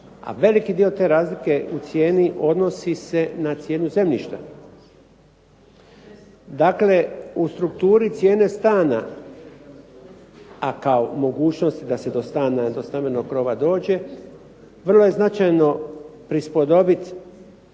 a veliki dio te razlike u cijeni odnosi se na cijenu zemljišta. Dakle, u strukturi cijene stana, a kao mogućnost da se do stana, do stambenog krova dođe, vrlo je značajno prispodobiti